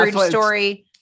story